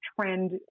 trend